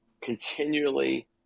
Continually